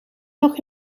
nog